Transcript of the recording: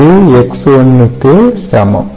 இது X1 க்கு சமம்